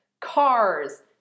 cars